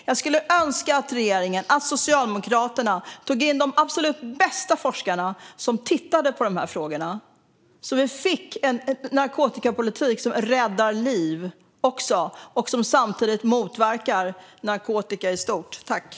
Jag skulle önska att regeringen och Socialdemokraterna tog in de absolut bästa forskarna för att titta på de här frågorna, så att vi kan få en narkotikapolitik som räddar liv och som samtidigt motverkar narkotikamissbruk i stort.